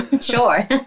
Sure